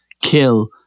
kill